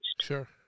Sure